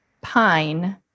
pine